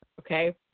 okay